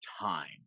time